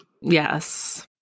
Yes